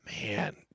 man